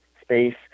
space